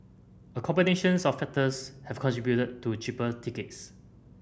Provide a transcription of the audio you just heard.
a combinations of factors have contributed to cheaper tickets